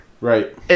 Right